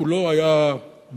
כולו היה בלטות,